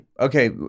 okay